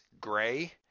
gray